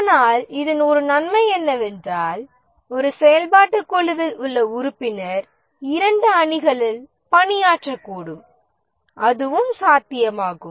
ஆனால் இதன் ஒரு நன்மை என்னவென்றால் ஒரு செயல்பாட்டுக் குழுவில் உள்ள உறுப்பினர் இரண்டு அணிகளில் பணியாற்றக்கூடும் அதுவும் சாத்தியமாகும்